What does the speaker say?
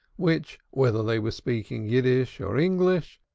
which, whether they were speaking yiddish or english,